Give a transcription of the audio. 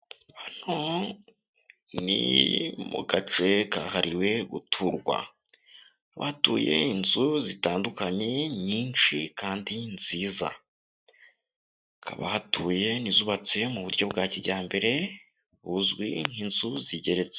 Hano ni mu gace kahariwe guturwa, hakaba hatuye inzu zitandukanye nyinshi kandi nziza, hakaba hatuye n'izubatse mu buryo bwa kijyambere buzwi nk'inzu zigeretse.